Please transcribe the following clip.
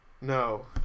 no